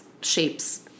shapes